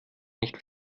nicht